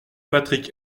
patrick